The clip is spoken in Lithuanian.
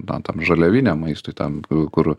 na tam žaliaviniam maistui tam kur